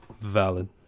Valid